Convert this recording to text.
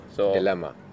Dilemma